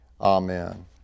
Amen